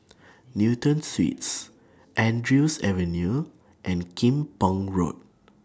Newton Suites Andrews Avenue and Kim Pong Road